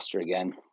again